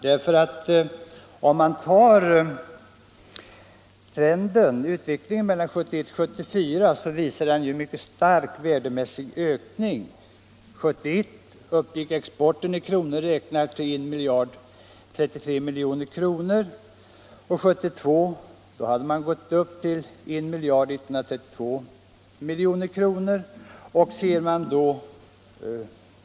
Mellan åren 1971 och 1974 var det en mycket stark värdemässig ökning. År 1971 uppgick exporten sålunda till 1.033 000 000 kr., och 1972 hade den stigit till 1 132 000 000 kr.